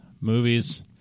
movies